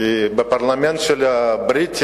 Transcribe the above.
בפרלמנט הבריטי,